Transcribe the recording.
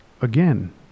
again